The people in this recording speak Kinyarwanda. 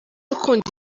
ukunda